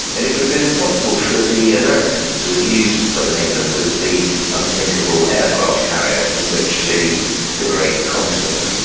then it would have been impossible for the americans to have used southern england as the unsinkable aircraft carrier from which to liberate the continent.